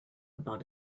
about